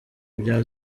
bya